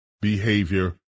behavior